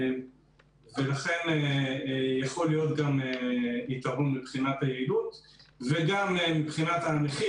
ולכן יכול להיות יתרון גם מבחינת היעילות וגם מבחינת המחיר,